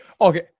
Okay